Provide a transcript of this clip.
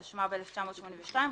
התשמ"ב-1982,